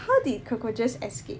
how did cockroaches escape